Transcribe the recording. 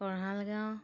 Kahalgaon